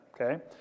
okay